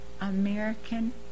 American